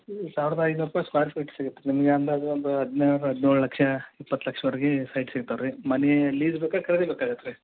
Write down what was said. ಹ್ಞೂ ಸಾವಿರದ ಐನೂರು ರೂಪಾಯಿ ಸ್ಕ್ವಾರ್ ಫೀಟ್ ಸಿಗುತ್ತೆ ನಿಮಗೆ ಅಂದಾಜು ಒಂದು ಹದಿನಾರು ಹದಿನೇಳು ಲಕ್ಷ ಇಪ್ಪತ್ತು ಲಕ್ಷದ್ವರ್ಗೆ ಸೈಟ್ ಸಿಗ್ತವೆ ರೀ ಮನೆ ಲೀಸ್ಗೆ ಬೇಕಾ ಖರೀದಿಗೆ ಬೇಕಾಗತ್ತಾ ರೀ